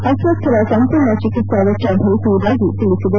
ಅಸ್ವಸ್ಥರ ಸಂಪೂರ್ಣ ಚಿಕಿತ್ಸಾ ವೆಚ್ಚ ಭರಿಸುವುದಾಗಿ ತಿಳಿಸಿದೆ